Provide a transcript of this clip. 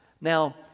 Now